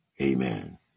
Amen